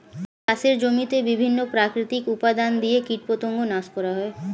চাষের জমিতে বিভিন্ন প্রাকৃতিক উপাদান দিয়ে কীটপতঙ্গ নাশ করা হয়